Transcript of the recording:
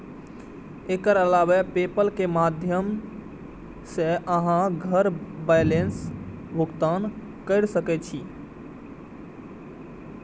एकर अलावे पेपल के माध्यम सं अहां घर बैसल भुगतान कैर सकै छी